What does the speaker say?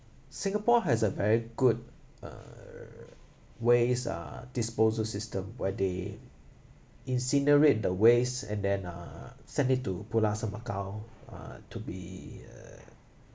singapore has a very good uh waste uh disposal system where they incinerate the waste and then uh send it to pulau semakau uh to be uh